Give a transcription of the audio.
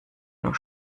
nur